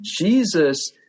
Jesus